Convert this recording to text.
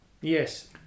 yes